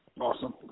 Awesome